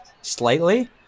slightly